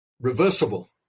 reversible